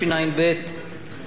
התשע"ב 2012,